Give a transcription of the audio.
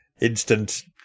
instant